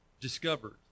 discovered